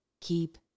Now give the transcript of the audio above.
keep